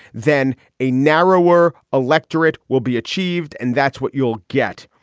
then a narrower electorate will be achieved. and that's what you'll get.